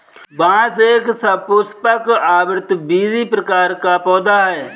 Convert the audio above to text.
बांस एक सपुष्पक, आवृतबीजी प्रकार का पौधा है